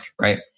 right